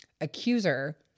accuser